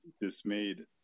dismayed